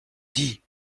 dis